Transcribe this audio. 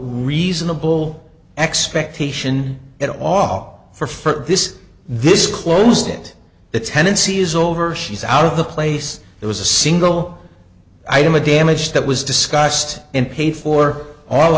reasonable expectation at all for for this this closed that the tenancy is over she's out of the place it was a single item of damage that was discussed and paid for all